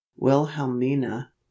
wilhelmina